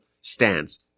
stands